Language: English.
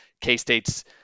K-State's